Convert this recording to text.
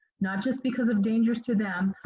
not just because of dangers to them,